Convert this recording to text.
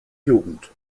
jugend